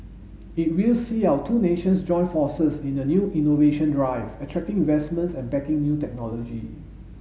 it will see our two nations join forces in the new innovation drive attracting investments and backing new technology